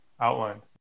outlined